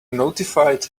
notified